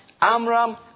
Amram